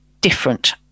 different